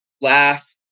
laugh